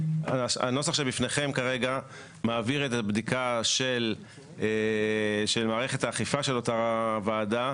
הנוסח שבפניכם כרגע מעביר את הבדיקה של מערכת האכיפה של אותה ועדה,